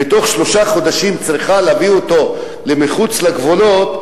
ובתוך שלושה חודשים היא צריכה להביא אותו מחוץ לגבולות,